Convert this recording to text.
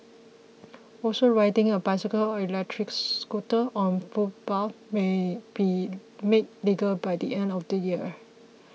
also riding a bicycle or electric scooter on footpaths may be made legal by the end of the year